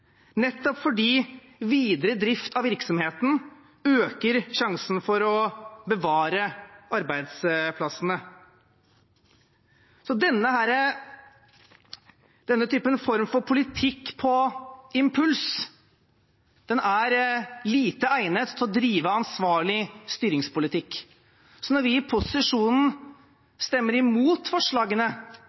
fordi videre drift av virksomheten øker sjansen for å bevare arbeidsplassene. Denne form for politikk på impuls er lite egnet til å drive ansvarlig styringspolitikk. Når vi i posisjonen stemmer imot forslagene